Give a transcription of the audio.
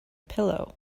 pillow